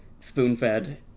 spoon-fed